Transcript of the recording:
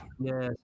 Yes